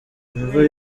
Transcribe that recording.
imvura